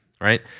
right